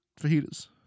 fajitas